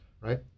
right